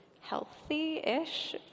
healthy-ish